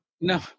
no